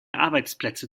arbeitsplätze